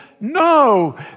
No